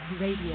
Radio